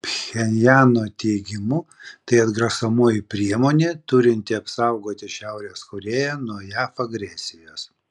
pchenjano teigimu tai atgrasomoji priemonė turinti apsaugoti šiaurės korėją nuo jav agresijos